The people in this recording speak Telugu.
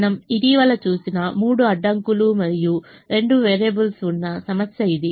మనం ఇటీవల చూసిన మూడు అడ్డంకులు మరియు రెండు వేరియబుల్స్ ఉన్న సమస్య ఇది